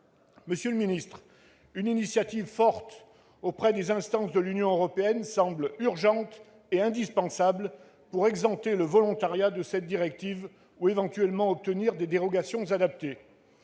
Monsieur le ministre d'État, une initiative forte auprès des instances de l'Union européenne semble urgente et indispensable pour exempter le volontariat de cette directive, ou éventuellement obtenir des dérogations adaptées.